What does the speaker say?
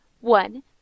one